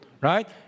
right